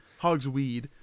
Hogsweed